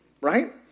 right